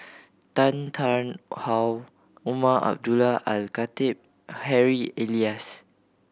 Tan Tarn How Umar Abdullah Al Khatib Harry Elias